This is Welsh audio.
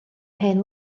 hen